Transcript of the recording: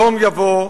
יום יבוא,